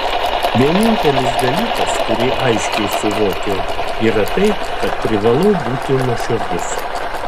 vienintelis dalykas kurį aiškiai suvokiau yra tai kad privalau būti nuoširdus